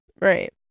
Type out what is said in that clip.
Right